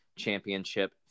championship